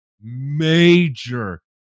major